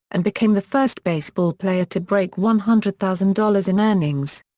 and became the first baseball player to break one hundred thousand dollars in earnings.